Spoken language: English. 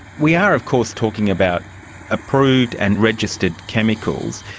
we are of course talking about approved and registered chemicals.